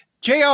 Jr